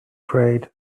afraid